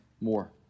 more